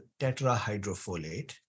tetrahydrofolate